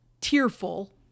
tearful